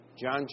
John